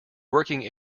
working